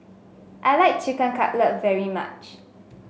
I like Chicken Cutlet very much